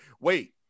wait